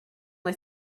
lit